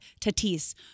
Tatis